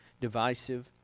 divisive